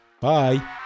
Bye